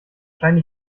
scheinen